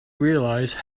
realize